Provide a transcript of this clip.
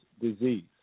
disease